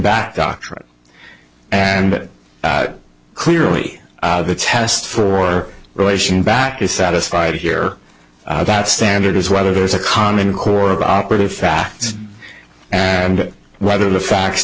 back doctrine and it clearly the test for relation back is satisfied here that standard is whether there's a common core of operative facts and whether the facts